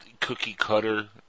cookie-cutter